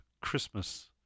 Christmas